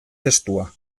testua